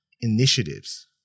initiatives